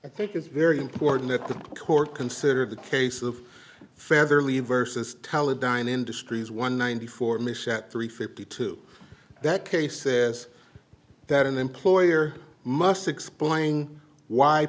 i think it's very important that the court consider the case of fairly versus teledyne industries one ninety four michette three fifty two that case says that an employer must explain why